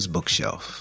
Bookshelf